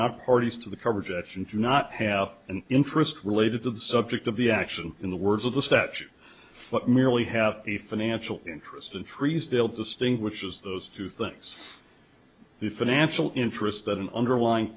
not parties to the coverage and do not have an interest related to the subject of the action in the words of the statute but merely have a financial interest in trees deal distinguishes those two things the financial interest that an underlying